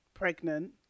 pregnant